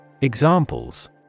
Examples